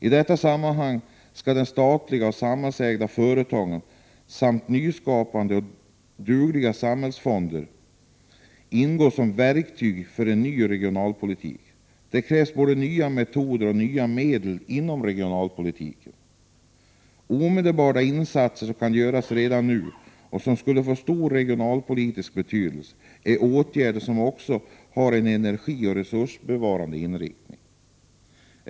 I detta sammanhang skall de statliga och samhällsägda företagen samt nyskapade och dugliga samhällsfonder ingå som verktyg för en ny regionalpolitik. Det krävs både nya metoder och nya medel inom regionalpolitiken. Omedelbara insatser som kan göras redan nu och som skulle få stor regionalpolitisk betydelse är sådana åtgärder som också har en energioch resursbevarande inriktning.